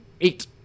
eight